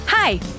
Hi